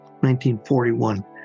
1941